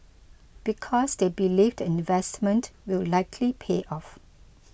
because they believe the investment will likely pay off